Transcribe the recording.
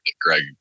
Greg